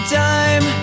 time